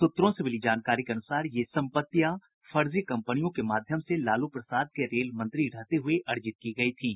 सूत्रों से मिली जानकारी के अनुसार ये सम्पत्तियाँ फर्जी कम्पनियों के माध्यम से लालू प्रसाद के रेल मंत्री रहते हुये अर्जित की गयी थीं